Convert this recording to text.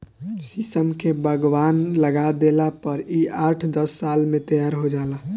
शीशम के बगवान लगा देला पर इ आठ दस साल में तैयार हो जाला